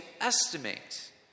estimate